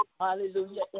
Hallelujah